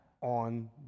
On